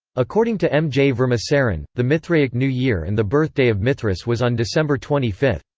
according to m. j. vermaseren, the mithraic new year and the birthday of mithras was on december twenty five.